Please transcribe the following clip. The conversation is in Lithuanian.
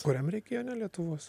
kuriam regione lietuvos